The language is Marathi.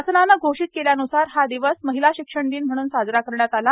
शासनाने घोषित केल्यानुसार हा दिवस महिला शिक्षण दिन म्हणून साजरा करण्यात आला